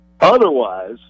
Otherwise